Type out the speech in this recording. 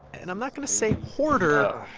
and i'm not going to say hoarder,